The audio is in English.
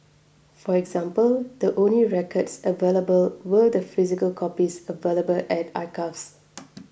for example the only records available were the physical copies available at archives